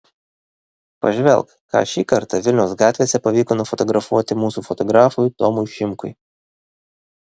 pažvelk ką šį kartą vilniaus gatvėse pavyko nufotografuoti mūsų fotografui tomui šimkui